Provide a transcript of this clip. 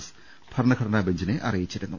S ഭരണഘടനാബ ഞ്ചിനെ അറിയിച്ചിരുന്നു